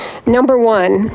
number one,